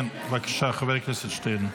כן, בבקשה, חבר הכנסת שטרן.